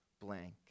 blank